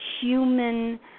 human